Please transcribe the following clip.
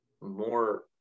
more